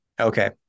Okay